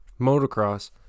motocross